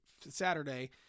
Saturday